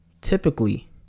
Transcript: typically